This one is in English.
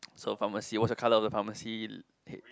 so pharmacy what's the color of the pharmacy head